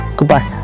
Goodbye